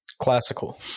Classical